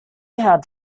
had